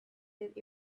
that